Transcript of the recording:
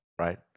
right